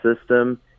system